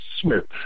Smith